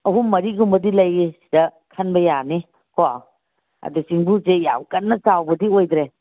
ꯑꯍꯨꯝ ꯃꯔꯤꯒꯨꯝꯕꯗꯤ ꯂꯩꯌꯦ ꯁꯤꯗ ꯈꯟꯕ ꯌꯥꯅꯤꯀꯣ ꯑꯗꯨ ꯆꯦꯡꯕꯨꯁꯤ ꯌꯥꯝ ꯀꯟꯅ ꯆꯥꯎꯕꯗꯤ ꯑꯣꯏꯗ꯭ꯔꯦ